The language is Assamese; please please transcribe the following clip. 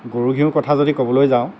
গৰু ঘিউ কথা যদি ক'বলৈ যাওঁ